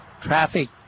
traffic